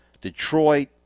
Detroit